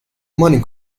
money